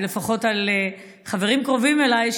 לפחות על חברים קרובים אליי,